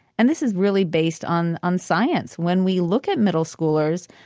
and this is really based on on science. when we look at middle schoolers,